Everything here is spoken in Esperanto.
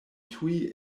tuj